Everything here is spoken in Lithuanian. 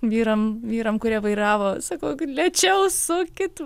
vyram vyram kurie vairavo sakau lėčiau sukit